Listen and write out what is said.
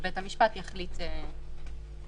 ובית המשפט יחליט בבקשה.